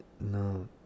No